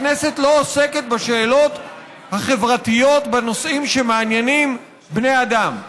הכנסת לא עוסקת בשאלות החברתיות בנושאים שמעניינים בני אדם.